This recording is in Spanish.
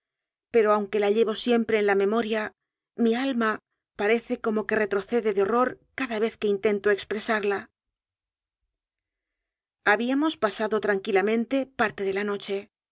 pero aunque la llevo siempre en la memoria mi alma parece como que retrocede de horror cada vez que intento expresarla habíamos pasado tranquilamente parte de la noche